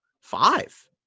Five